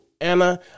Anna